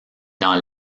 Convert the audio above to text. dans